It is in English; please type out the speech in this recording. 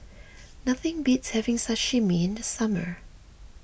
nothing beats having Sashimi in the summer